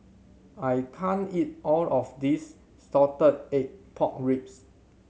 I can't eat all of this salted egg pork ribs